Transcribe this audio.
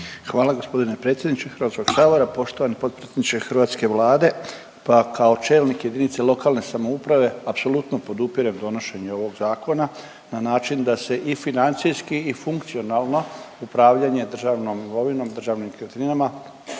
Hvala g. predsjedniče HS. Poštovani potpredsjedniče hrvatske Vlade, pa kao čelnik JLS apsolutno podupirem donošenje ovog zakona na način da se i financijski i funkcionalno upravljanje državnom imovinom i državnim nekretninama